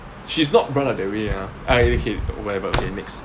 she's not brought up that way ah ah okay whatever next